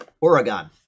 Oregon